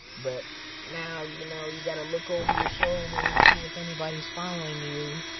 but now, you know, you got to look over your shoulder and see if anybody's following you.